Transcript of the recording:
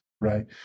right